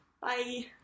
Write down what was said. Bye